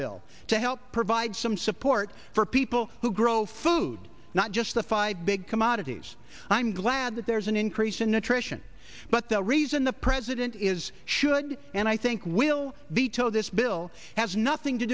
bill to help provide some support for people who grow food not just the five big commodities i'm glad that there's an increase in nutrition but the reason the president is should and i think will veto this bill has nothing to